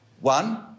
One